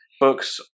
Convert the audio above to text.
books